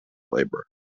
labour